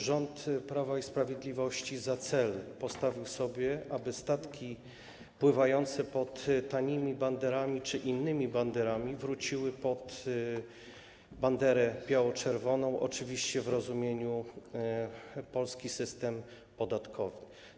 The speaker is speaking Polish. Rząd Prawa i Sprawiedliwości za cel postawił sobie to, aby statki pływające pod tanimi banderami czy innymi banderami wróciły pod banderę biało-czerwoną, oczywiście w rozumieniu: polski system podatkowy.